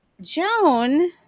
Joan